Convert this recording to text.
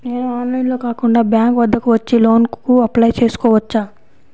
నేను ఆన్లైన్లో కాకుండా బ్యాంక్ వద్దకు వచ్చి లోన్ కు అప్లై చేసుకోవచ్చా?